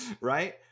right